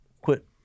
quit